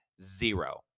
Zero